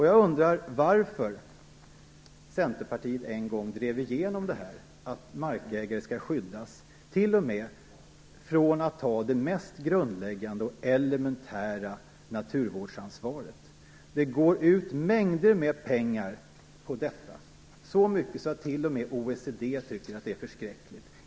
Jag undrar varför Centerpartiet en gång drev igenom att markägare skall skyddas t.o.m. från att ta det mest grundläggande och elementära naturvårdsansvaret. Det går ut mängder med pengar till detta, så mycket att t.o.m. OECD tycker att det är förskräckligt.